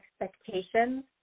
expectations